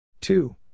Two